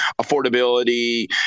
affordability